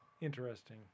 Interesting